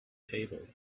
table